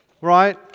Right